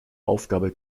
aufgabe